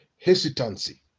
hesitancy